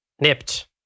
nipped